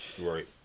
Right